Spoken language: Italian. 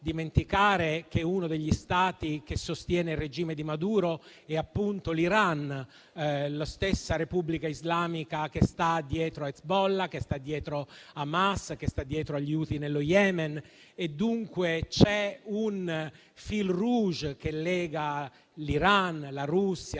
che uno degli Stati che sostiene il regime di Maduro è appunto l'Iran, la stessa Repubblica islamica che sta dietro a Hezbollah, che sta dietro ad Hamas, che sta dietro agli Houthi nello Yemen. Vi è dunque un *fil rouge* che lega l'Iran, la Russia,